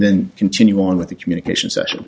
then continue on with the communication session